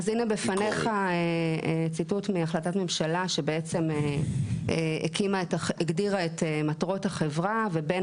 אז הנה בפניך ציטוט מהחלטת ממשלה שבעצם הגדירה את מטרות החברה ובין